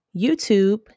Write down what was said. YouTube